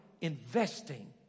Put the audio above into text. investing